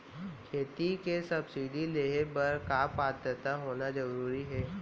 खेती के सब्सिडी लेहे बर का पात्रता होना जरूरी हे?